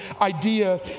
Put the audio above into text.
idea